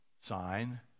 sign